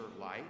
light